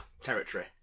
territory